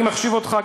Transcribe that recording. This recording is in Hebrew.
אני מחשיב אותך.